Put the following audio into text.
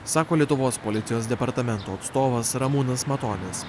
sako lietuvos policijos departamento atstovas ramūnas matonis